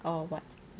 or what